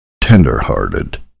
tender-hearted